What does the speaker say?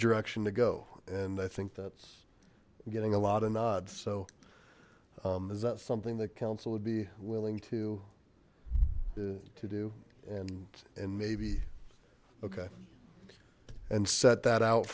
direction to go and i think that's getting a lot of nods so is that something that counsel would be willing to to do and and maybe okay and set that out